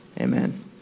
amen